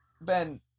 Ben